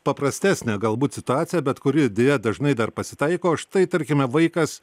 paprastesnę galbūt situaciją bet kuri deja dažnai dar pasitaiko štai tarkime vaikas